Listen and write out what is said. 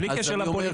בלי קשר לפוליטיקה,